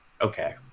Okay